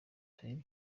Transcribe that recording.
turebe